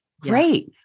Great